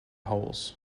holes